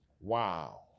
Wow